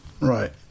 Right